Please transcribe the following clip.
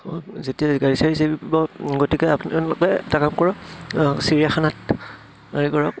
যেতিয়া গাড়ী চাড়ীয়ে চেপিব গতিকে আপোনালোকে এটা কাম কৰক চিৰিয়াখানাত হেৰি কৰক